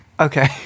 Okay